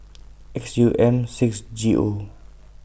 X U M six G O